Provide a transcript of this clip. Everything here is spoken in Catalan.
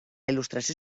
il·lustració